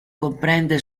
comprende